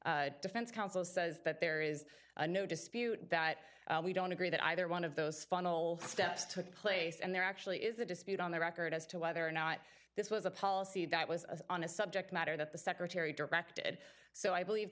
about defense counsel says that there is no dispute that we don't agree that either one of those funnel steps took place and there actually is a dispute on the record as to whether or not this was a policy that was on a subject matter that the secretary directed so i believe